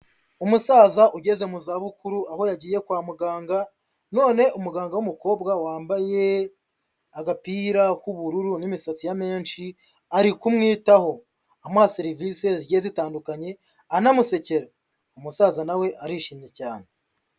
Umusaza ugeze mu zabukuru aho yagiye kwa muganga, none umuganga w'umukobwa wambaye agapira k'ubururu n'imisati ya menshi ari kumwitaho, amuha serivisi zigiye zitandukanye anamusekera, umusaza nawe arishimye cyane.